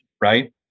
right